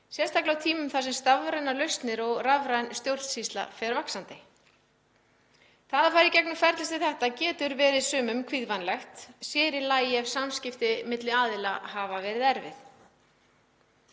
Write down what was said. sérstaklega á tímum þar sem stafrænar lausnir og rafræn stjórnsýsla fer vaxandi. Það að fara í gegnum ferli sem þetta getur reynst sumum kvíðvænlegt, sér í lagi ef samskipti milli aðila hafa verið erfið.